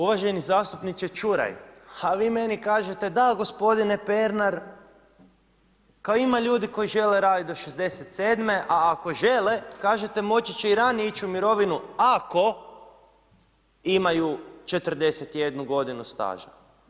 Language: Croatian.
Uvaženi zastupniče Čuraj, ha vi meni kažete da gospodine Pernar kao ima ljudi koji žele raditi do 67 a ako žele kažete moći će i ranije ići u mirovinu ako imaju 41 godinu staža.